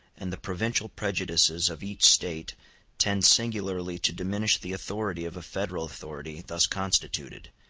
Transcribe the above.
and the provincial prejudices of each state tend singularly to diminish the authority of a federal authority thus constituted,